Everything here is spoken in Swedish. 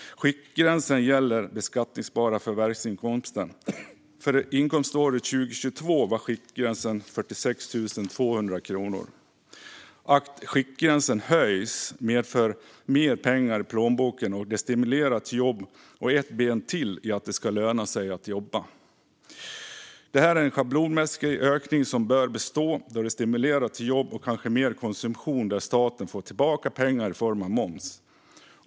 Skiktgränsen gäller den beskattningsbara förvärvsinkomsten. För inkomståret 2022 var skiktgränsen 46 200 kronor. Att skiktgränsen höjs medför mer pengar i plånboken, vilket stimulerar till arbete och utgör ett ben till i principen att det ska löna sig att jobba. Detta är en schablonmässig ökning som bör bestå då den stimulerar till jobb och kanske mer konsumtion, vilket gör att staten får tillbaka pengar i form av moms.